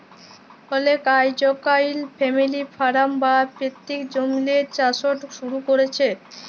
অলেকে আইজকাইল family farm বা পৈত্তিক জমিল্লে চাষট শুরু ক্যরছে